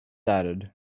added